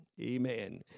Amen